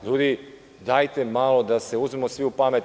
Ljudi, dajte malo da se uzmemo svi u pamet.